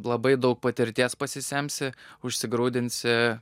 labai daug patirties pasisemsi užsigrūdinsi